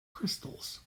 crystals